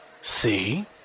See